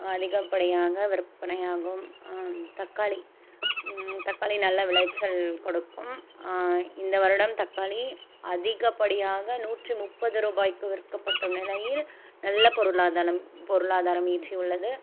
அதிகப்படியாக விற்பனை ஆகும் தக்காளி தக்காளி நல்ல விளைச்சல் கொடுக்கும் இந்த வருடம் தக்காளி அதிகப்படியாக நூற்று முப்பது ரூபாய்க்கு விற்கப்படும் நிலையில் நல்ல பொருளாதாளம் பொருளாதாரம் ஈட்டியுள்ளது